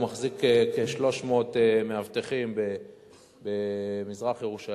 והוא מחזיק כ-300 מאבטחים במזרח-ירושלים,